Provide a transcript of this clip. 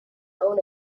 own